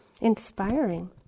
inspiring